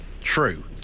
True